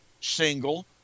single